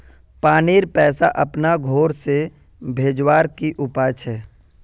पानीर पैसा अपना घोर से भेजवार की उपाय छे?